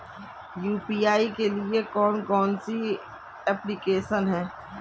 UPI के लिए कौन कौन सी एप्लिकेशन हैं?